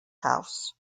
house